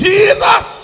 Jesus